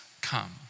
come